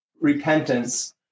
repentance